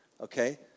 okay